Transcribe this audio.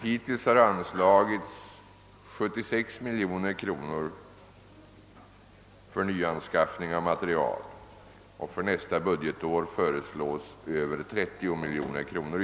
Hittills har anslagits 76 miljoner kronor för nyanskaffning av materiel och för nästa budgetår föreslås ytterligare drygt 30 miljoner kronor.